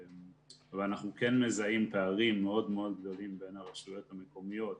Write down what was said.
אנחנו כן מזהים פערים מאוד מאוד גדולים בין הרשויות המקומית,